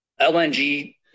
LNG